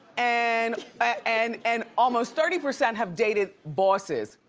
and and and almost thirty percent have dated bosses.